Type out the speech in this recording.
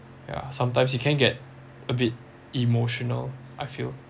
yeah sometimes you can get a bit emotional I feel